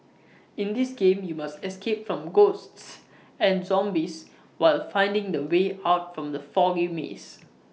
in this game you must escape from ghosts and zombies while finding the way out from the foggy mazes